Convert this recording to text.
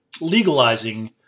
legalizing